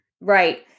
Right